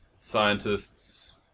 scientists